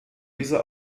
diese